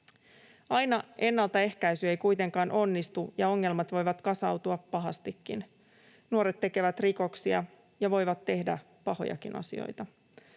Aina ennaltaehkäisy ei kuitenkaan onnistu, ja ongelmat voivat kasautua pahastikin. Nuoret tekevät rikoksia ja voivat tehdä pahojakin asioita.